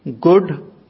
good